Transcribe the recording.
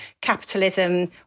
Capitalism